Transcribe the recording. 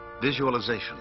visualization